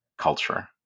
culture